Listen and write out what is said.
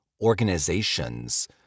organizations